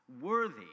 worthy